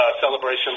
celebration